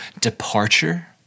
departure